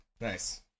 Nice